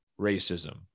racism